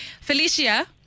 Felicia